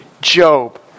Job